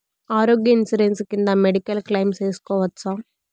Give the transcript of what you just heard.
ఆరోగ్య ఇన్సూరెన్సు కింద medical claim సేసుకోవచ్చా?